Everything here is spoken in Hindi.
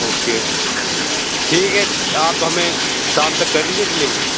ओके ठीक है आप हमें शाम तक कर दीजिए डेलीवेरी